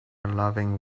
loving